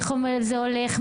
איך זה הולך,